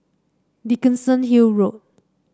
Dickenson Hill Road